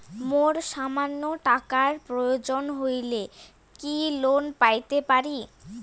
মোর সামান্য টাকার প্রয়োজন হইলে কি লোন পাইতে পারি?